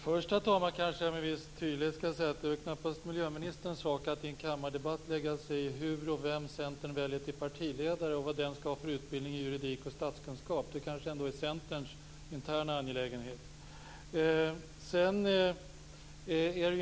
Herr talman! Först vill jag tydligt säga att det knappast är miljöministern sak att i en kammardebatt lägga sig i hur och vem som Centern väljer till partiledare och vad den personen skall ha för utbildning i juridik och statskunskap. Det kanske ändå är Centerns interna angelägenhet.